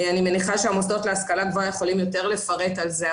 אני מניחה שהמוסדות להשכלה גבוהה יכולים יותר לפרט על זה.